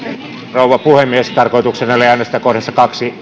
rouva puhemies tarkoitukseni oli äänestää kohdassa kaksi